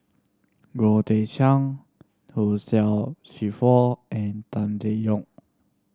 Goh Teck Sian Hugh Charles Clifford and Tan Teck Neo